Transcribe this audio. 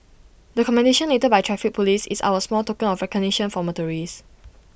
the commendation letter by traffic Police is our small token of recognition for motorists